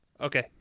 Okay